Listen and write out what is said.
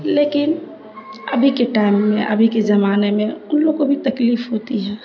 لیکن ابھی کے ٹائم میں ابھی کے زمانے میں ان لوگوں بھی تکلیف ہوتی ہے